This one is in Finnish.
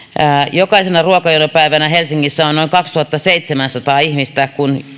jokaisena ruokajonopäivänä helsingissä jonoissa on noin kaksituhattaseitsemänsataa ihmistä kun